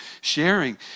sharing